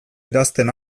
idazten